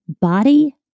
Body